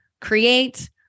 create